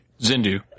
Zindu